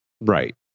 Right